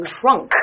trunk